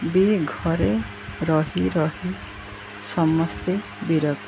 ବି ଘରେ ରହି ରହି ସମସ୍ତେ ବିରକ୍ତ